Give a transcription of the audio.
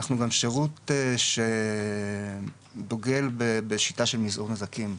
אנחנו גם שירות שדוגל בשיטה של מיזעור נזקים.